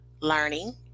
learning